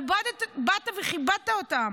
אבל באת וכיבדת אותם,